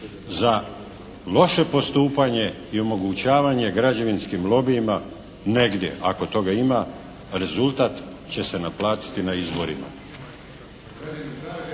Za loše postupanje i omogućavanje građevinskim lobijima negdje ako toga ima rezultat će se naplatiti na izborima.